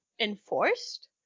enforced